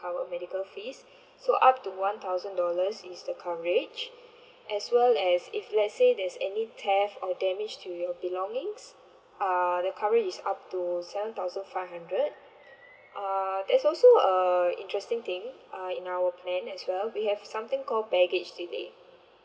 cover medical fees so up to one thousand dollars is the coverage as well as if let say there's any theft or damage to your belongings uh the coverage is up to seven thousand five hundred uh there's also uh interesting thing uh in our plan as well we have something call baggage delay